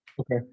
Okay